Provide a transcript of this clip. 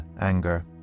anger